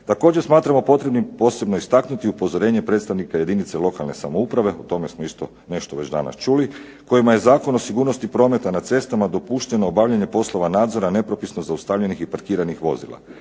Također smatramo potrebnim posebno istaknuti upozorenje predstavnika jedinica lokalne samouprave o tome smo isto nešto već danas čuli kojima je Zakon o sigurnosti prometa na cestama dopušteno obavljanje poslova nadzora nepropisno zaustavljenih i parkiranih vozila,